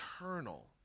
eternal